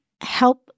help